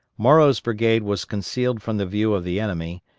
morrow's brigade was concealed from the view of the enemy,